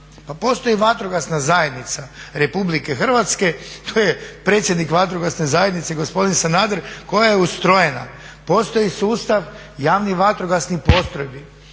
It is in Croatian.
postoji Vatrogasna zajednica RH, tu je predsjednik vatrogasne zajednice gospodin Sanader koja je ustrojena. Postoji sustav javnih vatrogasnih postrojbi,